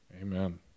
Amen